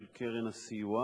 של קרן הסיוע,